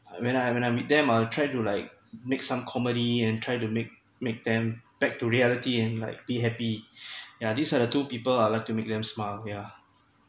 when I when I meet them I will try to like make some comedy and try to make make them back to reality and like be happy yeah these are the two people I like to make them smile yeah